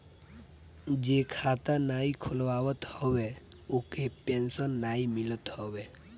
जे खाता नाइ खोलवावत हवे ओके पेंशन नाइ मिलत हवे